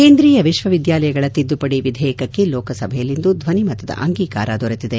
ಕೇಂದ್ರೀಯ ವಿಶ್ವವಿದ್ಯಾಲಯಗಳ ತಿದ್ದುಪಡಿ ವಿಧೇಯಕಕ್ಕೆ ಲೋಕಸಭೆಯಲ್ಲಿಂದು ಧ್ವನಿಮತದ ಅಂಗೀಕಾರ ದೊರೆತಿದೆ